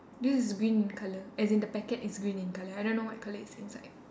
this is green in colour as in the packet is green in colour I don't know what colour is inside